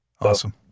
Awesome